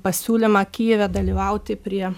pasiūlymą kijeve dalyvauti prie